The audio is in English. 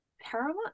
paramount